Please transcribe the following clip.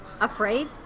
afraid